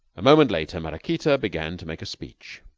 a moment later maraquita began to make a speech.